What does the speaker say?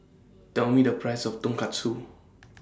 Tell Me The Price of Tonkatsu